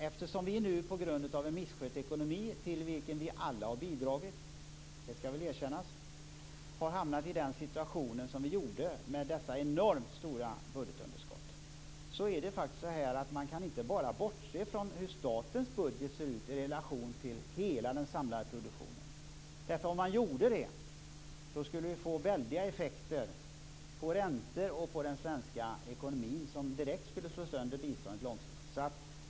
Eftersom vi nu, på grund av en misskött ekonomi - det skall erkännas att vi alla har bidragit till den - har hamnat i en situation med enormt stora budgetunderskott, kan vi inte bara bortse från hur statens budget ser ut i relation till hela den samlade produktionen. Om vi gjorde det skulle det få väldiga effekter på räntorna och på den svenska ekonomin som direkt skulle slå sönder biståndet långsiktigt.